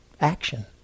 action